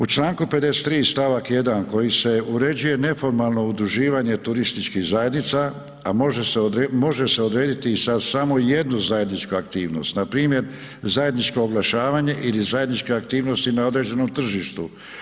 U članku 53. stavak 1. kojim se uređuje neformalno udruživanje turističkih zajednica a može se odrediti sa samo jednu zajedničku aktivnost npr. zajedničko oglašavanje ili zajedničke aktivnosti na određenom tržištu.